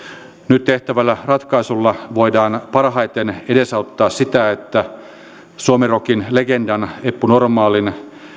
nyt tehtävällä ratkaisulla voidaan parhaiten edesauttaa sitä että suomirockin legendan eppu normaalin